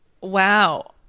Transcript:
Wow